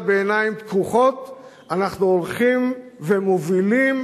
בעיניים פקוחות אנחנו הולכים ומובילים